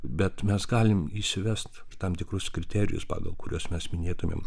bet mes galim įsivest tam tikrus kriterijus pagal kuriuos mes minėtumėm